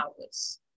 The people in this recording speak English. hours